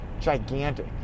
gigantic